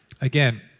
again